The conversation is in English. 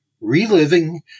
Reliving